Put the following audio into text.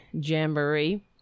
jamboree